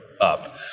up